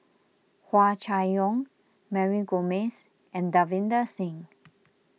Hua Chai Yong Mary Gomes and Davinder Singh